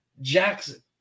Jackson